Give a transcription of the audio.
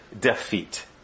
defeat